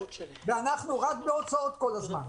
ואנחנו רק בהוצאות כל הזמן.